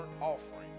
offering